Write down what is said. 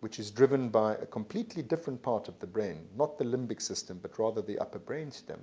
which is driven by a completely different part of the brain not the limbic system, but rather the upper brain stem